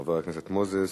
חבר הכנסת מוזס.